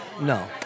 No